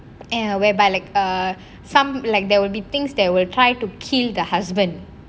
and whereby like err some like there will be things there will try to kill the husband